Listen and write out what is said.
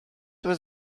was